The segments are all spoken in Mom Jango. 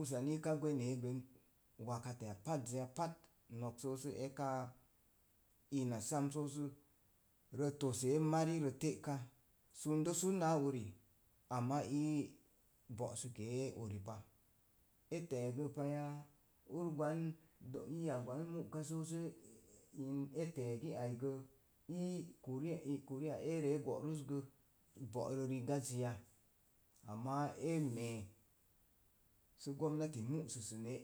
Usani ka gwenee gwen wakateya pazzəya pat no̱k so su eka na sam sosu rə tosee marirə te'ka, sundo sun náá uri ama i bo'sikee ee uri pa e te̱e̱gə paya úr gwan iya gwan sosi e te̱e̱si ai sə ii kuriya erə e go'ruz gə, bo'ro rigazzi ama e me̱e̱ sə gomnati sə mu'su sunee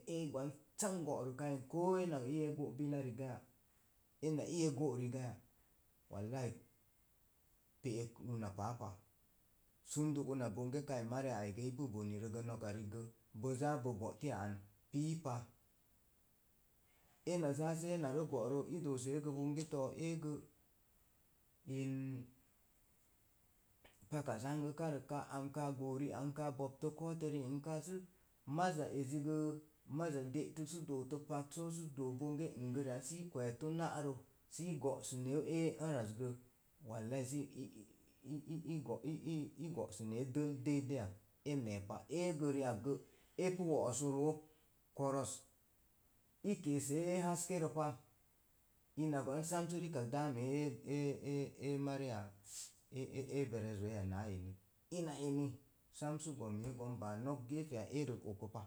sam gwan go'ru ka ko na ii ego bila rigaya? Eni ii e go’ rigaya? Wallahi pe'ek una papa. Sunduk una ge̱ bonge mariya ai gə ipu bonerə no̱ka riik gə bozaa bo bo'tiya an piipa, ena zaa sə ena go'ro gə i dosee bonse too eegə in paka zangəkarək ankáá goo ri anka boppto ko̱o̱ to riang káánka sə maza riezi gə maza ezi gə maza de'tək sə doto pak sə doo bonge se i kweetu na're sə go'sine e orazgə, wallai, zai iiiii go'se ne dol dei deyaz e mepa eegə ri akgə epu wo'oso roo koros i keesee ee haskerə pa ina gwan sə daa mee ee e mariya e e yero zoi ina eni sam sə gomee gon baar nok gefeya eez oko pa.